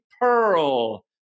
Pearl